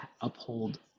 uphold